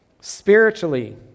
spiritually